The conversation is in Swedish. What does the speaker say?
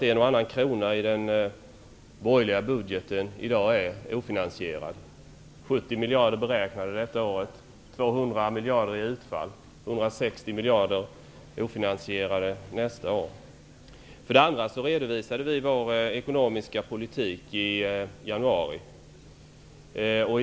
En och annan krona i årets borgerliga budget är faktiskt ofinansierad. Man beräknade att det skulle blir 70 miljarder för förra året, men utfallet blev 200 miljarder. 160 miljarder beräknas vara ofinansierade detta år. För det andra redovisade vi vår ekonomiska politik i januari.